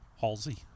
halsey